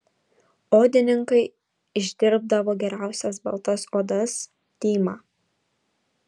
odininkai išdirbdavo geriausias baltas odas tymą